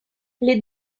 les